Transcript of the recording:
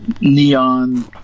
neon